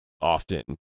often